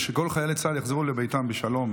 ושכל חיילי צה"ל יחזרו לביתם בשלום.